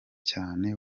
cyane